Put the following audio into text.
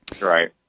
right